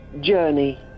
Journey